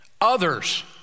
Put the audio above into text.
Others